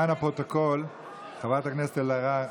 אינו נוכח דוד אמסלם,